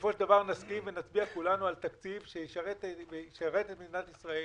בסופו של דבר נסכים ונצביע כולנו על תקציב שישרת את מדינת ישראל.